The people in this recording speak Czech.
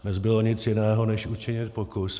Nezbylo nic jiného než učinit pokus.